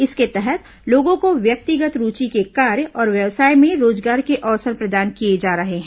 इसके तहत लोगों को व्यक्तिगत रूचि के कार्य और व्यवसाय में रोजगार के अवसर प्रदान किए जा रहे हैं